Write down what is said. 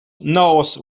knows